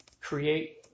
create